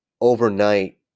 overnight